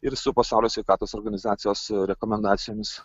ir su pasaulio sveikatos organizacijos rekomendacijomis